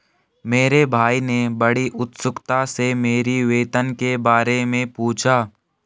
मेरे भाई ने बड़ी उत्सुकता से मेरी वेतन के बारे मे पूछा